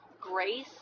grace